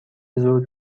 زود